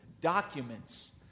documents